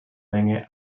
menge